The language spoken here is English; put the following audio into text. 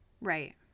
Right